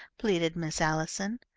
pleaded miss allison.